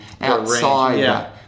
outside